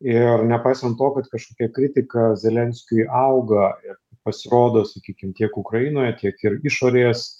ir nepaisant to kad kažkokia kritika zelenskiui auga ir pasirodo sakykim tiek ukrainoje tiek ir išorės